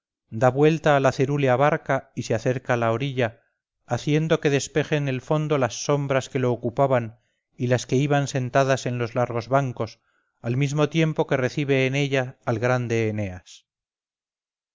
da vuelta a la cerúlea barca y se acerca a la orilla haciendo que despejen el fondo las sombras que lo ocupaban y las que iban sentadas en los largos bancos al mismo tiempo que recibe en ella al grande eneas